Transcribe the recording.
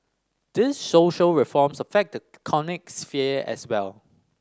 these social reforms affect the economic sphere as well